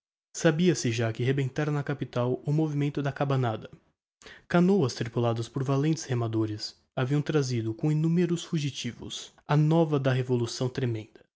sabia-se já que rebentara na capital o movimento da cabanada canôas tripuladas por valentes remadores haviam trazido com innumeros fugitivos a nova da revolução tremenda